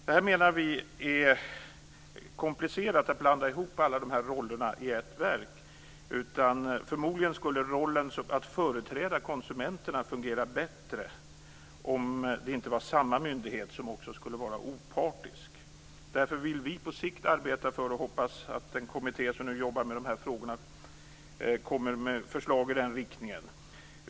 Vi menar att det är komplicerat att blanda ihop alla de här rollerna i ett verk. Förmodligen skulle rollen att företräda konsumenterna fungera bättre om det inte var samma myndighet som också skulle vara opartisk. Därför vill vi på sikt arbeta för att skilja den myndighetsutövande uppgiften från den opinionsbildande.